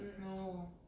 No